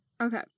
Okay